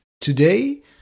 Today